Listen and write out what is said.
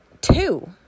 two